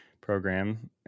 program